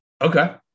Okay